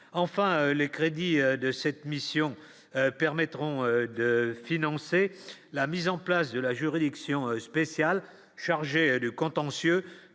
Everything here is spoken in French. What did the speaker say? enfin les crédits de cette mission permettront de financer la mise en place de la juridiction spéciale chargée du contentieux